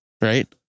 right